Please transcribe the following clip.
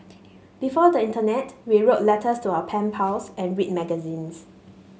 before the internet we wrote letters to our pen pals and read magazines